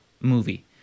movie